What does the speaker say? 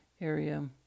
area